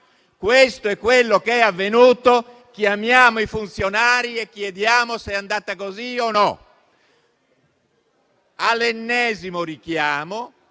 Questo è ciò che è avvenuto. Chiamiamo i funzionari e chiediamo se è andata così o no. All'ennesimo richiamo,